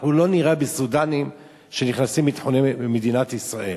אנחנו לא נירה בסודנים שנכנסים לתחומי מדינת ישראל,